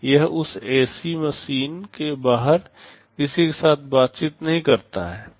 यह उस AC machine के बाहर किसी के साथ बातचीत नहीं करता है